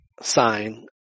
sign